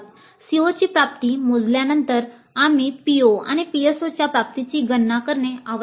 COची प्राप्ती मोजल्यानंतर आम्ही PO आणि PSOच्या प्राप्तीची गणना करणे आवश्यक आहे